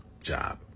job